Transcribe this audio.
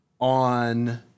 on